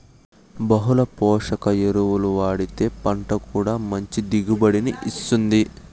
బహుళ పోషక ఎరువులు వాడితే పంట కూడా మంచి దిగుబడిని ఇత్తుంది